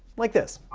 like this.